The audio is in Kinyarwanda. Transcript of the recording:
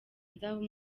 nzaba